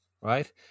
right